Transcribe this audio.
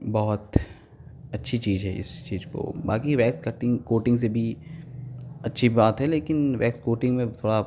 बहुत अच्छी चीज है इस चीज को बाकी वैक्स कटिंग कोटिंग से भी अच्छी बात है लेकिन वैक्स कोटिंग में थोड़ा